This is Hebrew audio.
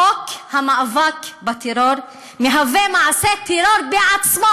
חוק המאבק בטרור הוא מעשה טרור בעצמו,